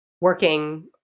working